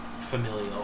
familial